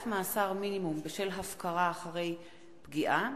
מאסר מינימום בשל הפקרה אחרי פגיעה),